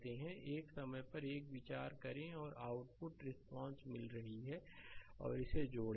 तो एक समय पर एक पर विचार करें और आउटपुट रिस्पांस मिल रही है और इसे जोड़ें